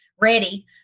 ready